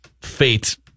fate